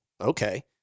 okay